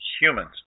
humans